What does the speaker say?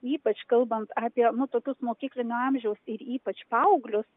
ypač kalbant apie nu tokius mokyklinio amžiaus ir ypač paauglius